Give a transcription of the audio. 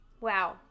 Wow